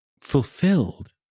fulfilled